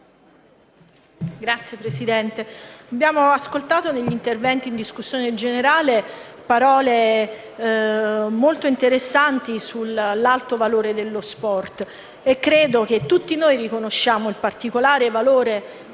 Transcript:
Signor Presidente, abbiamo ascoltato, negli interventi in discussione generale, parole molto interessanti sull'alto valore dello sport. Tutti noi riconosciamo il particolare valore dello